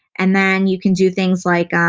and then you can do things like,